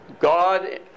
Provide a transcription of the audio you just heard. God